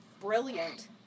brilliant